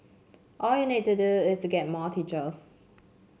all you need to do is to get more teachers